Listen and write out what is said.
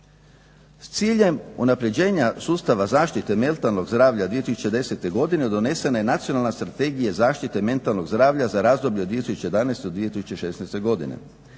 S ciljem unaprjeđenja sustava zaštite mentalnog zdravlja 2010. godine donesena je nacionalna strategija zaštite mentalnog zdravlja za razdoblje od 2011. do 2016. godine.